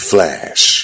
Flash